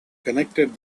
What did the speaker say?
connected